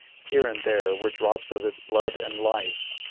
here and there, were drops of its blood and life,